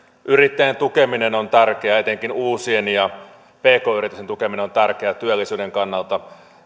yrittäjien tukeminen on tärkeää etenkin uusien ja pk yritysten tukeminen on tärkeää työllisyyden kannalta